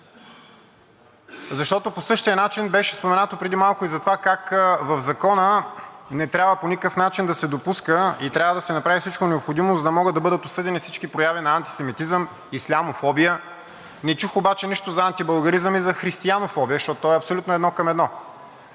Защото по същия начин беше споменато преди малко и това как в Закона не трябва по никакъв начин да се допуска и трябва да се направи всичко необходимо, за да могат да бъдат осъдени всички прояви на антисемитизъм, ислямофобия. Не чух обаче нищо за антибългаризъм и християнофобия, защото то е абсолютно едно към едно.